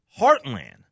heartland